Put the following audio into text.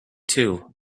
two